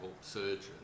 surgeon